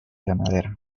ganadera